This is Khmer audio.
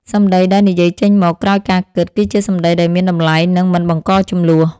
សម្ដីដែលនិយាយចេញមកក្រោយការគិត គឺជាសម្ដីដែលមានតម្លៃ និងមិនបង្កជម្លោះ។